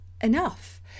enough